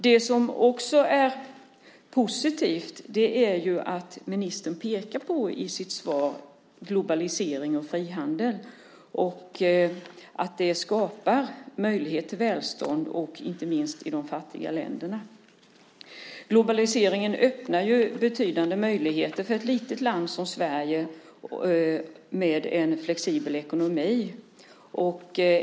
Det som också är positivt är att ministern i sitt svar pekar på globaliseringen av frihandeln och att det skapar möjlighet till välstånd, inte minst i de fattiga länderna. Globaliseringen öppnar betydande möjligheter för ett litet land som Sverige med en flexibel ekonomi.